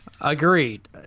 Agreed